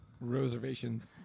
reservations